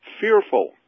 fearful